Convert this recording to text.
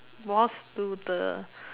walls to the